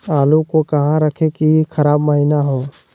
आलू को कहां रखे की खराब महिना हो?